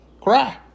Cry